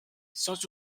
sans